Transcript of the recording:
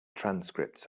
transcripts